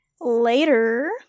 Later